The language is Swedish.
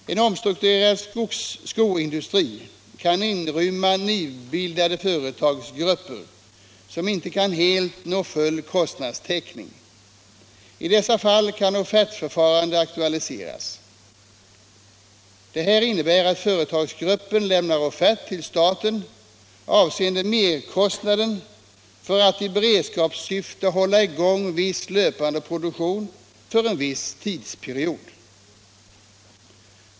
En omstrukturerad skoindustri kan inrymma nybildade företagsgrupper som inte helt kan nå full kostnadstäckning. I dessa fall kan offertförfarande aktualiseras. Det här innebär att företagsgruppen lämnar offert till staten avseende merkostnaden för att i beredskapssyfte hålla i gång viss löpande produktion för en viss tidsperiod.